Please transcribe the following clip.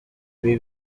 ibi